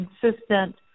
consistent